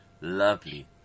Lovely